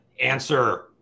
Answer